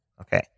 Okay